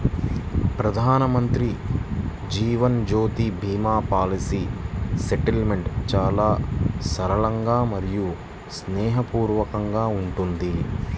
ప్రధానమంత్రి Jeevan Jyoti Bima policy settlement చాలా సరళంగా మరియు స్నేహపూర్వకంగా ఉంటుంది